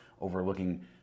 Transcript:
overlooking